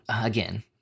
again